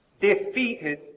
defeated